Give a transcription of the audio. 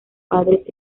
padres